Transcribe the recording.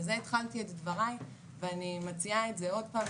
בזה התחלתי את דבריי ואני מציעה את זה עוד פעם,